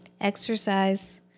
exercise